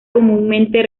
comúnmente